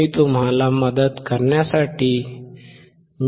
मी तुम्हाला मदत करण्यासाठी आहे